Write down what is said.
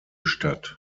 stadt